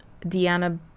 Deanna